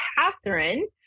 Catherine